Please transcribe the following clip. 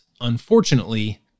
unfortunately